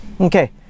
Okay